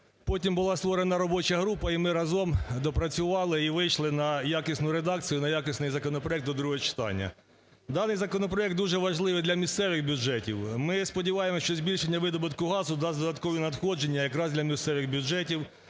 Потім була створена робоча група і ми разом доопрацювали і вийшли на якісну редакцію, на якісний законопроект, до другого читання. Даний законопроект дуже важливий для місцевих бюджетів. Ми сподіваємось, що збільшення видобутку газу дасть додаткові надходження якраз для місцевих бюджетів,